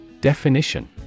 Definition